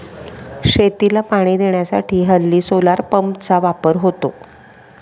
शेतीला पाणी देण्यासाठी हल्ली सोलार पंपचा वापर होतो